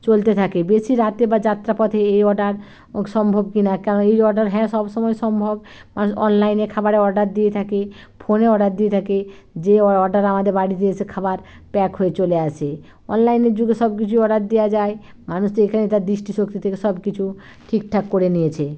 চলতে থাকে বেশি রাতে বা যাত্রা পথে এই অর্ডার সম্ভব কি না কেন এই অর্ডার হ্যাঁ সব সময় সম্ভব মানুষ অনলাইনে খাবারের অর্ডার দিয়ে থাকে ফোনে অর্ডার দিয়ে থাকে যে অর্ডার আমাদের বাড়িতে এসে খাবার প্যাক হয়ে চলে আসে অনলাইনের যুগে সব কিছু অর্ডার দেয়া যায় মানুষ তো এইখানে তার দৃষ্টি শক্তি থেকে সব কিচু ঠিকঠাক করে নিয়েছে